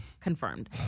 confirmed